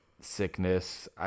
sickness